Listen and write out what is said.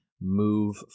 move